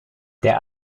der